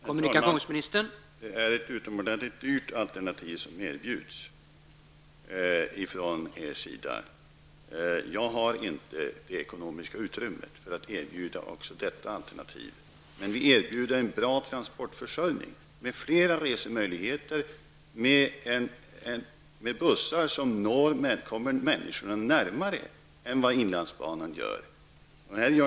Herr talman! Ni erbjuder ett utomordentlig dyrt alternativ. Jag har inte det ekonomiska utrymmet att erbjuda detta alternativ. Vi erbjuder en bra transportförsörjning med flera resemöjligheter, med bussar som kommer människorna närmare än vad inlandsbanan gör.